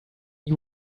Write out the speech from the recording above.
you